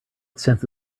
since